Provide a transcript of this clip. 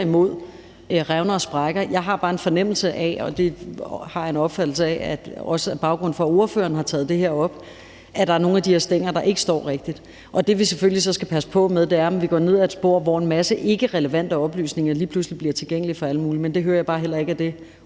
imod revner og sprækker. Jeg har bare en fornemmelse af, og det har jeg en opfattelse af også er baggrunden for, at ordføreren har taget det her op, at der er nogle af de her stænger, der ikke står rigtigt. Det, vi selvfølgelig så skal passe på med, er, om vi går ned ad et spor, hvor en masse ikkerelevante oplysninger lige pludselig bliver tilgængelige for alle mulige. Men det hører jeg bare heller ikke er det,